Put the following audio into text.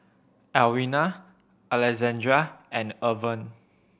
Alwina Alexandria and Irven